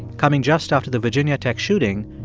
coming just after the virginia tech shooting,